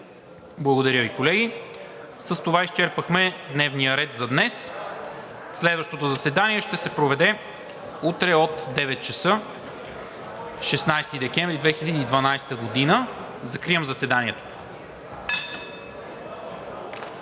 Благодаря Ви, колеги. С това изчерпахме дневния ред за днес. Следващото заседание ще се проведе утре – 16 декември 2021 г., от 9,00 ч. Закривам заседанието.